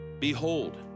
Behold